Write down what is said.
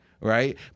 Right